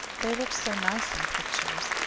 they look so nice in pictures,